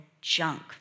junk